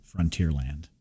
Frontierland